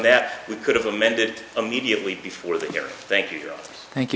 that we could have amended immediately before they hear thank you thank you